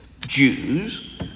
Jews